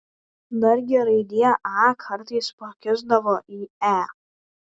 dargi raidė a kartais pakisdavo į e